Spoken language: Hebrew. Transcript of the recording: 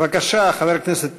בבקשה, חבר הכנסת טיבי.